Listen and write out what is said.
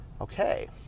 Okay